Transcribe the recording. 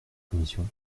commission